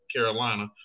Carolina